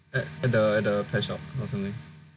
at the at the pet shop or something